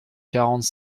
quarante